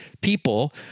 people